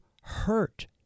hurt